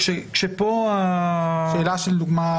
למשל,